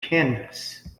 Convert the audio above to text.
canvas